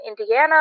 Indiana